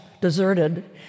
deserted